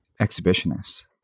exhibitionists